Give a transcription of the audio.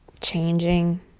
changing